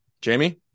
jamie